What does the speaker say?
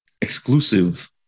exclusive